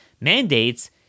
mandates